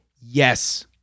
yes